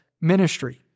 ministry